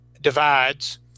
divides